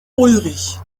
ulrich